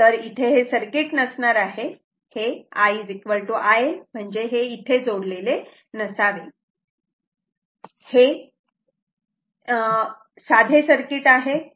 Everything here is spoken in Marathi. तर इथे हे सर्किट नसणार आहे हे I IL म्हणजे इथे जोडलेले नसावे हे साधे सर्किट आहे